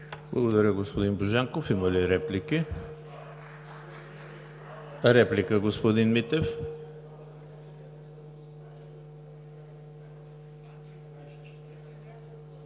Благодаря, господин Божанков. Има ли реплики? Реплика, господин Митев.